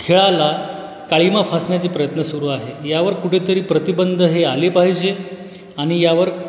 खेळाला काळीमा फासण्याचे प्रयत्न सुरू आहे यावर कुठेतरी प्रतिबंध हे आले पाहिजे आणि यावर